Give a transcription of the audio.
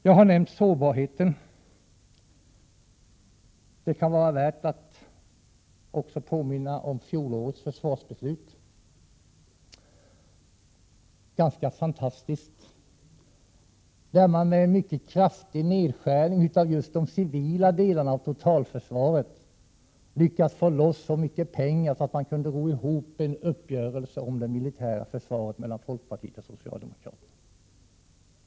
Jag har nämnt sårbarheten, och det kan vara värt att också påminna om fjolårets försvarsbeslut. Det var ganska fantastiskt. Genom en mycket kraftig nedskärning av just de civila delarna av totalförsvaret lyckades folkpartiet och socialdemokraterna få loss så mycket pengar att de kunde ro i land en uppgörelse om det militära försvaret.